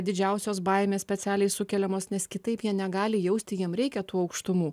didžiausios baimės specialiai sukeliamos nes kitaip jie negali jausti jiem reikia tų aukštumų